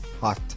hot